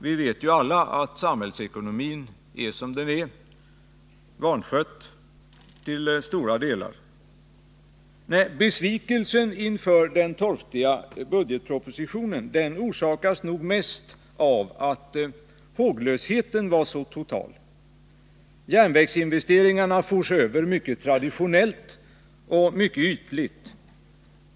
Vi vet alla att samhällsekonomin är som den är — vanskött till stora delar. Nej, besvikelsen inför den torftiga budgetpropositionen orsakades nog mest av att håglösheten var så total. Järnvägsinvesteringarna fors över mycket traditionellt och ytligt.